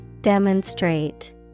Demonstrate